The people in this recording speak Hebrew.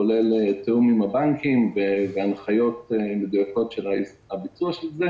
כולל תיאום עם הבנקים והנחיות מדויקות לביצוע של זה.